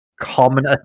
common